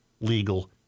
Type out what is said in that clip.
legal